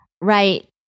right